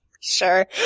Sure